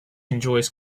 enjoys